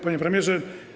Panie Premierze!